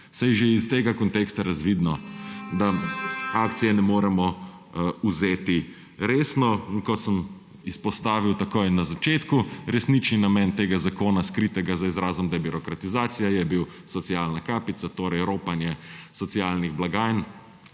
Saj je že iz tega konteksta razvidno, da akcije ne moremo vzeti resno. Kot sem izpostavil takoj na začetku, resnični namen tega zakona, skritega za izrazom debirokratizacija, je bil socialna kapica, torej ropanje socialnih blagajn